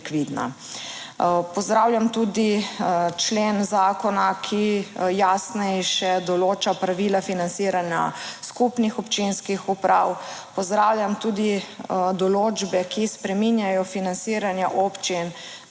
Pozdravljam tudi člen zakona, ki jasnejše določa pravila financiranja skupnih občinskih uprav. Pozdravljam tudi določbe, ki spreminjajo financiranja občin,